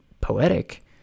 poetic